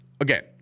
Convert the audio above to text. again